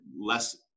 less